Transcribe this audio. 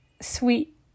sweet